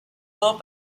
all